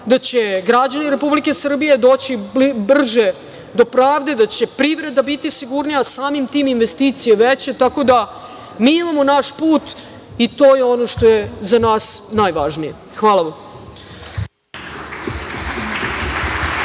da će građani Republike Srbije doći brže do pravde, da će privreda biti sigurnija, samim tim investicije veće. Mi imamo naš put i to je ono za nas najvažnije. Hvala.